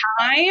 time